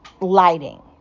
lighting